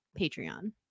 patreon